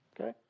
Okay